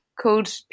called